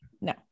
no